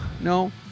No